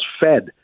fed